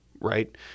right